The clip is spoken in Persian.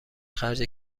خرج